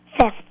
Fifth